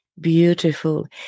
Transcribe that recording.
Beautiful